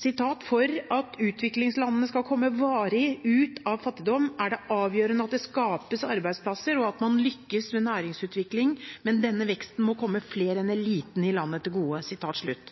«For at utviklingslandene skal komme varig ut av fattigdom er det avgjørende at det skapes arbeidsplasser og at man lykkes med næringsutvikling.» Og videre: «Men denne veksten må komme flere enn eliten i landet til gode.»